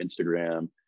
Instagram